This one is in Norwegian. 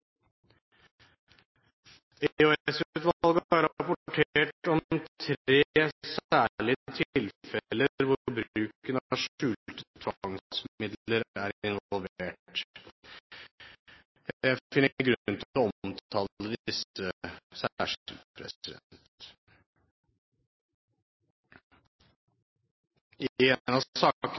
om tre særlige tilfeller hvor bruken av skjulte tvangsmidler er involvert. Jeg finner grunn til å omtale